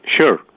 Sure